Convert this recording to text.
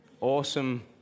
awesome